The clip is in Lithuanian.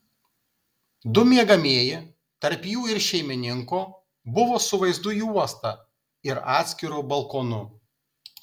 du miegamieji tarp jų ir šeimininko buvo su vaizdu į uostą ir atskiru balkonu